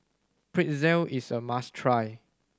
pretzel is a must try